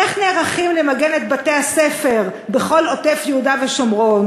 איך נערכים למגן את בתי-הספר בכל עוטף-יהודה-ושומרון?